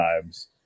times